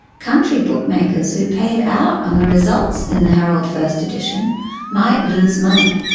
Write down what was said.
country bookmakers who paid out on the results in the herald first edition might lose money,